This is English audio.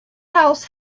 house